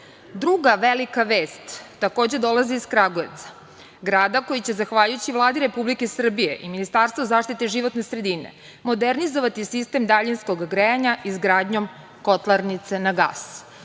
velika vest, takođe, dolazi iz Kragujevca, grada koji će, zahvaljujući Vladi Republike Srbije i Ministarstvu zaštite životne sredine, modernizovati sistem daljinskog grejanja izgradnjom kotlarnice na gas.